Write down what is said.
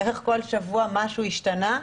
בערך כל שבוע משהו השתנה.